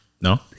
No